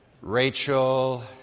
Rachel